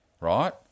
right